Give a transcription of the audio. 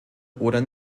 oder